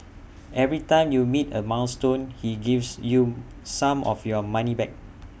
every time you meet A milestone he gives you some of your money back